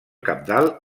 cabdal